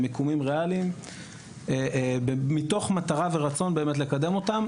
במיקומים ריאליים מתוך מטרה ורצון באמת לקדם אותם,